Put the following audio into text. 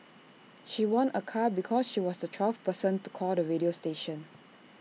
she won A car because she was the twelfth person to call the radio station